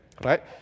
Right